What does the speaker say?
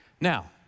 Now